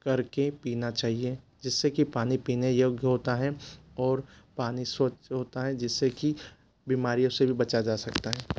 करके पीना चाहिए जिससे कि पानी पीने योग्य होता है और पानी स्वच्छ होता है जिससे की बीमारियों से भी बचा जा सकता है